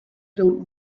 don’t